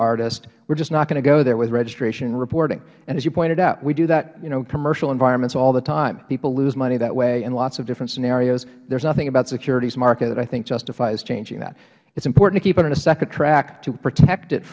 artist we're just not going to go there with registration and reporting and as you pointed out we do that in commercial environments all the time people lose money that way in lots of difference scenarios there's nothing about securities market that i think justifies changing that it's important to keep it on a separate track to protect it